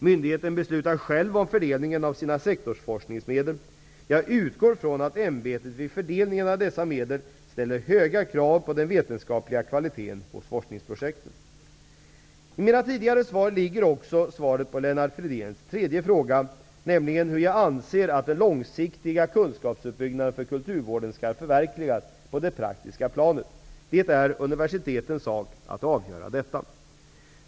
Myndigheten beslutar själv om fördelningen av sina sektorsforskningsmedel. Jag utgår från att ämbetet vid fördelningen av dessa medel ställer höga krav på den vetenskapliga kvaliteten hos forskningsprojekten. I mina tidigare svar ligger också svaret på Lennart Fridéns tredje fråga, nämligen hur jag anser att den långsiktiga kunskapsuppbyggnaden för kulturvården skall förverkligas på det praktiska planet. Det är universitetets sak att avgöra detta.